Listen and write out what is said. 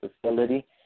Facility